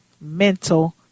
mental